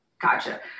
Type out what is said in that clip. Gotcha